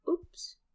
oops